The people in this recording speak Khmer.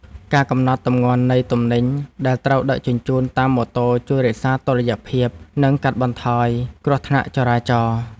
ការកំណត់ទម្ងន់នៃទំនិញដែលត្រូវដឹកជញ្ជូនតាមម៉ូតូជួយរក្សាតុល្យភាព និងកាត់បន្ថយគ្រោះថ្នាក់ចរាចរណ៍។